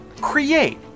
create